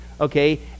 Okay